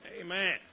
Amen